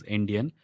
Indian